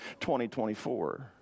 2024